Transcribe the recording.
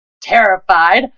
terrified